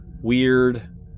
weird